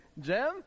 Jim